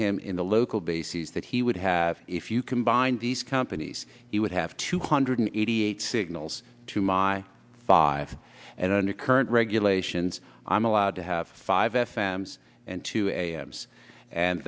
him in the local bases that he would have if you combine these companies he would have two hundred eighty eight signals to my five and under current regulations i'm allowed to have five fms and to a